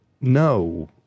no